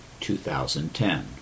2010